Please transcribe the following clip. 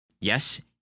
yes